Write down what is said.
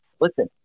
Listen